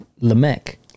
Lamech